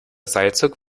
seilzug